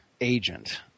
agent